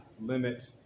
limit